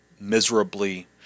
miserably